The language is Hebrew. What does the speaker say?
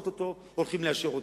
או-טו-טו הולכים לאשר אותן.